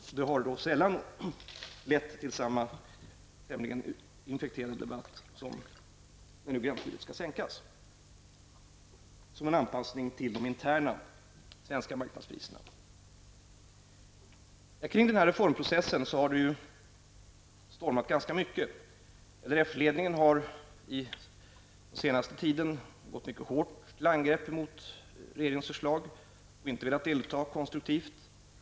Det har då sällan lett till samma tämligen infekterade debatt som när gränsskyddet nu skall sänkas såsom en anpassning till de interna svenska marknadspriserna. Kring denna reformprocess har det stormat ganska mycket. LRF-ledningen har under den senaste tiden gått till mycket hårt angrepp mot regeringens förslag och inte velat delta konstruktivt.